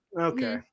okay